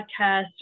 podcast